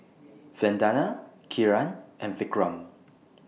Vandana Kiran and Vikram